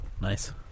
Nice